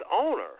owner